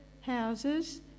houses